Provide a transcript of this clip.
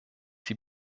die